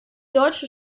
deutsche